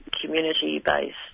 community-based